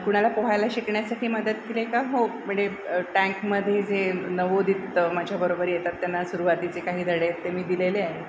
कुणाला पोहायला शिकण्यासाठी मदत केली आहे का हो म्हणजे टँकमध्ये जे नवोदित माझ्याबरोबर येतात त्यांना सुरवातीचे काही धडे ते मी दिलेले आहे